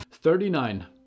Thirty-nine